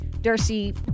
Darcy